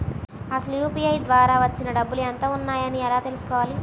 అసలు యూ.పీ.ఐ ద్వార వచ్చిన డబ్బులు ఎంత వున్నాయి అని ఎలా తెలుసుకోవాలి?